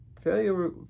Failure